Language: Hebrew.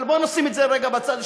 אבל בואו נשים את זה רגע בצד,